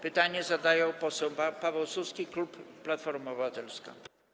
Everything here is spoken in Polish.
Pytanie zadaje poseł Paweł Suski, klub Platforma Obywatelska.